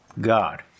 God